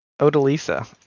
Odalisa